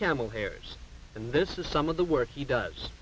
camel hairs and this is some of the work he does